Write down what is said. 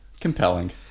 compelling